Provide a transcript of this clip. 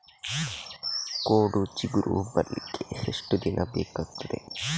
ಕೋಡು ಚಿಗುರು ಬರ್ಲಿಕ್ಕೆ ಎಷ್ಟು ದಿನ ಬೇಕಗ್ತಾದೆ?